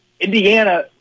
Indiana